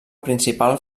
principal